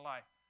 life